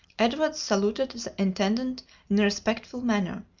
edward saluted the intendant in a respectful manner,